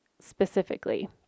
specifically